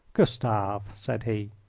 gustav, said he,